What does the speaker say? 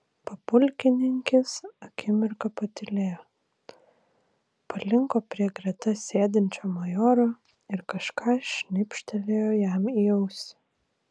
papulkininkis akimirką patylėjo palinko prie greta sėdinčio majoro ir kažką šnibžtelėjo jam į ausį